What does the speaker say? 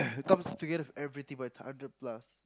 it comes together with everything but it's hundred plus